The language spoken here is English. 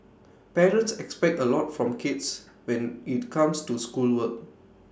parents expect A lot from kids when IT comes to schoolwork